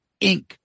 Inc